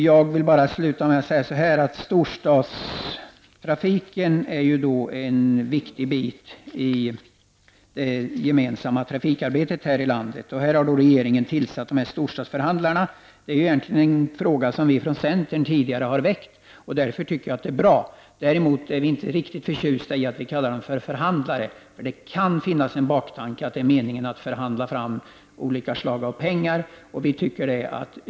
Jag vill avslutningsvis säga att storstadstrafiken är en viktig del av det gemensamma trafikarbetet i det här landet. Regeringen har här tillsatt storstadsförhandlarna. Det är egentligen en fråga som vi från centern tidigare har väckt, och jag tycker därför att det är bra. Vi är däremot inte riktigt förtjusta i att man kallar dem för förhandlare. Det kan finnas en baktanke att det är meningen att de skall förhandla fram olika slags medel.